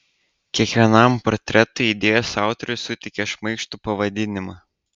kiekvienam portretui idėjos autorius suteikė šmaikštų pavadinimą